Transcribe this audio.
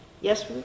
Yes